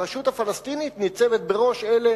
הרשות הפלסטינית ניצבת בראש אלה